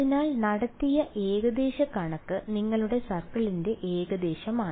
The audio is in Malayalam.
അതിനാൽ നടത്തിയ ഏകദേശ കണക്ക് നിങ്ങളുടെ സർക്കിളിന്റെ ഏകദേശമാണ്